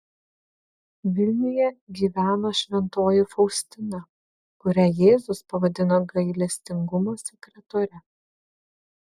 vilniuje gyveno šventoji faustina kurią jėzus pavadino gailestingumo sekretore